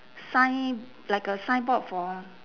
sign like a signboard for